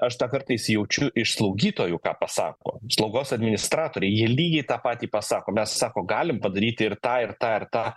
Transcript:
aš tą kartais jaučiu iš slaugytojų ką pasako slaugos administratorė ji lygiai tą patį pasako mes sako galim padaryti ir tą ir tą ir tą